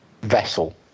vessel